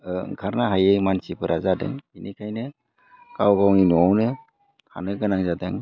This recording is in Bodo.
ओंखारनो हायै मानसिफोरा जादों बेनिखायनो गाव गावनि न'आवनो थानो गोनां जादों